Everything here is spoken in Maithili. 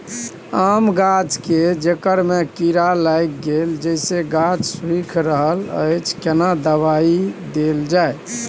आम गाछ के जेकर में कीरा लाईग गेल जेसे गाछ सुइख रहल अएछ केना दवाई देल जाए?